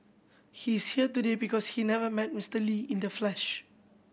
he's here today because he never met Mister Lee in the flesh